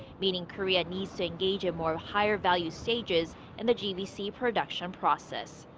meaning korea needs to engage in more higher-value stages in the gvc production process.